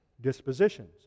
dispositions